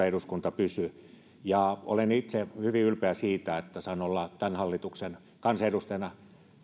eduskunta pysyy ja olen itse hyvin ylpeä siitä että saan olla tämän hallituksen kansanedustajana